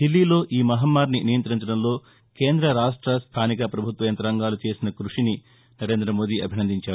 దిల్లీలో ఈ మహమ్టారిని నియంత్రించడంలో కేంద్ర రాష్ట స్థానిక ప్రభుత్వ యంత్రాంగాలు చేసిన కృషిని సరేంద్రమోదీ అభినందించారు